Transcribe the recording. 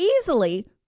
easily